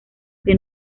que